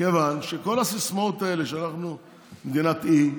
כיוון שכל הסיסמאות האלה שאנחנו מדינת אי,